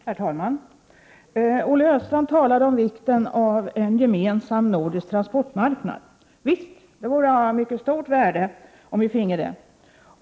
Herr talman! Olle Östrand talade om vikten av en gemensam nordisk transportmarknad. Visst, det vore av mycket stort värde om vi finge det.